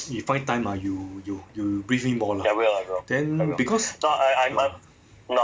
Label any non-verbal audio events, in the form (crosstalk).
maybe (noise) you find time ah you brief me more lah then because uh